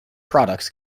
products